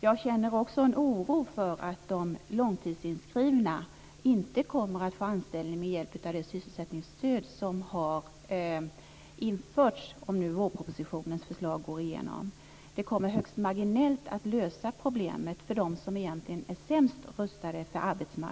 Jag känner också en oro inför att de långtidsinskrivna inte kommer att få anställning med hjälp av det sysselsättningsstöd som införs om vårpropositionens förslag går igenom. Det kommer bara högst marginellt att lösa problemet för dem som egentligen är sämst rustade för arbetsmarknaden.